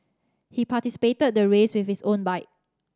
he participated the race with his own bike